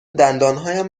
دندانهایم